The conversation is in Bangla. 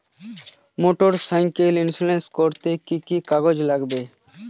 মোটরসাইকেল ইন্সুরেন্স করতে কি কি কাগজ লাগবে?